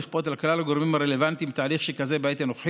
לא רק תקנות שעת חירום ל-45 יום,